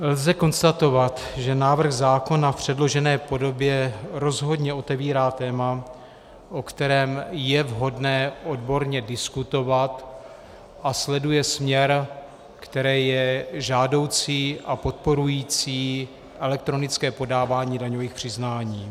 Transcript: Lze konstatovat, že návrh zákona v předložené podobě rozhodně otevírá téma, o kterém je vhodné odborně diskutovat, a sleduje směr, který je žádoucí a podporující elektronické podávání daňových přiznání.